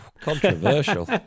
controversial